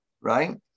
right